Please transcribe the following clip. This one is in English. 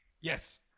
Yes